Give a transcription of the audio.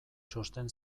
txosten